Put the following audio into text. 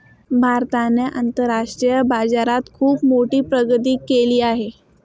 भारताने आंतरराष्ट्रीय बाजारात खुप मोठी प्रगती केली आहे